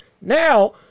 Now